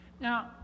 Now